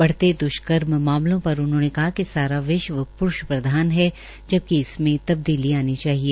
बढ़ते द्वष्कर्म मामलों पर उन्होंने कहा कि सारा विश्व प्रूष प्रधान है जबकि इसमें तबदीली आनी चाहिए